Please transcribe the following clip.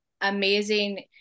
amazing